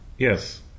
Yes